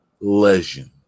Legend